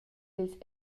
dils